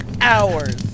hours